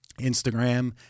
Instagram